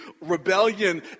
rebellion